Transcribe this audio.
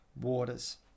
waters